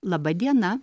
laba diena